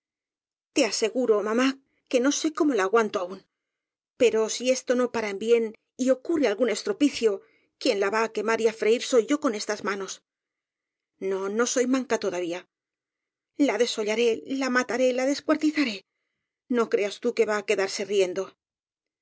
te aseguro mamá que no sé cómo la aguanto aún pero si esto no para en bien y ocurre algún estropicio quien la va á quemar y á freir soy yo con estas manos no no soy manca todavía la desollaré la mataré la descuartizaré no creas tú que va á quedarse riendo